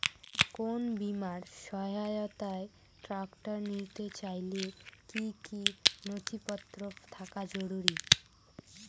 কোন বিমার সহায়তায় ট্রাক্টর নিতে চাইলে কী কী নথিপত্র থাকা জরুরি?